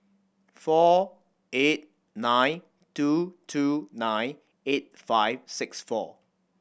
four eight nine two two nine eight five six four